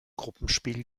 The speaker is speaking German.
gruppenspiel